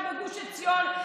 בגוש עציון,